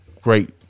great